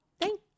thank